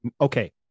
Okay